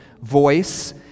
voice